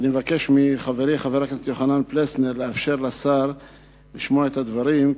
אני מבקש מחברי חבר הכנסת יוחנן פלסנר לאפשר לשר לשמוע את הדברים,